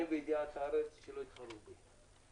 אני בידיעת הארץ כאילו התחרו בי.